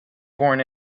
born